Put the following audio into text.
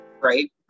Right